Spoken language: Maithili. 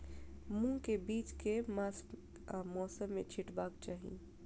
मूंग केँ बीज केँ मास आ मौसम मे छिटबाक चाहि?